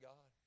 God